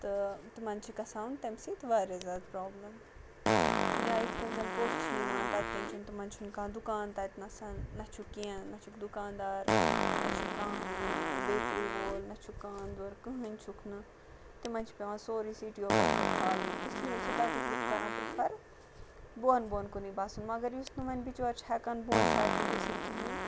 تہٕ تِمَن چھِ گژھان تمہِ سۭتۍ واریاہ زیادٕ پرٛابلم یا یِتھ کٔنۍ زَن پوٚژھ چھِ یِوان تَتہِ کٮ۪ن چھُنہٕ تِمَن چھُنہٕ کانٛہہ دُکان تَتہِ نَسَن نہ چھُکھ کینٛہہ نہ چھُکھ دُکاندار نہ چھُکھ کانٛہہ بیکری وول نہ چھُ کانٛدُر کٕہٕنۍ چھُکھ نہٕ تِمَن چھُ پیٚوان سورُے سِٹیو پٮ۪ٹھَے کھالُن اِسلیے چھِ تَتِکۍ لُکھ کَران پرٛفَر بۄن بۄن کُنُے بَسُن مگر یُس نہٕ وۄَنۍ بِچور چھِ ہٮ۪کان بۄن سیٚٮٹٕل گٔژھِتھ کِہیٖنۍ